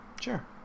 Sure